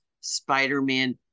Spider-Man